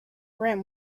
rim